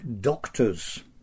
doctors